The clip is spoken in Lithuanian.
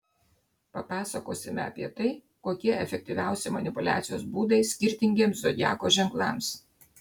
papasakosime apie tai kokie efektyviausi manipuliacijos būdai skirtingiems zodiako ženklams